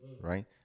right